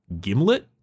Gimlet